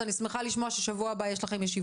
אני שמחה לשמוע שיש לכם בשבוע הבא ישיבה,